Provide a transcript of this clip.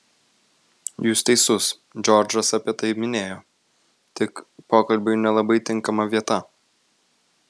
jūs teisus džordžas apie tai minėjo tik pokalbiui nelabai tinkama vieta